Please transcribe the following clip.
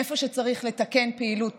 איפה שצריך לתקן פעילות